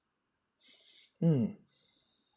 mm